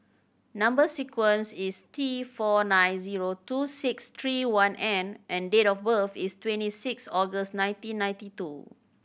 number sequence is T four nine zero two six three one N and date of birth is twenty six August nineteen ninety two